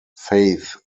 faith